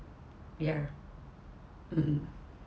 ya mm